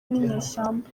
ninyeshyamba